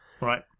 Right